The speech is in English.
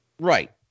right